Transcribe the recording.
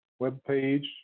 webpage